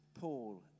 Paul